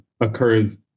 occurs